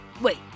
wait